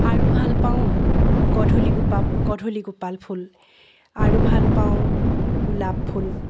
আৰু ভাল পাওঁ গধূলি গোপা গধূলি গোপাল ফুল আৰু ভাল পাওঁ গোলাপ ফুল